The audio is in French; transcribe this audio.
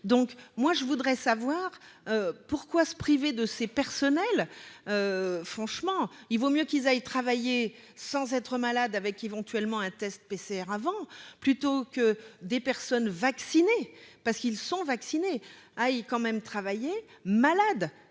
donc moi je voudrais savoir pourquoi se priver de ses personnels, franchement il vaut mieux qu'ils aillent travailler sans être malade, avec éventuellement un test PCR avant plutôt que des personnes vaccinées parce qu'ils sont vaccinés quand même travailler malade